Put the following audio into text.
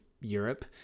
Europe